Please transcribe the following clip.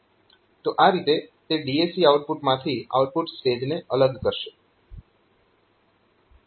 તો આ રીતે તે DAC આઉટપુટમાંથી આઉટપુટ સ્ટેજને અલગ કરશે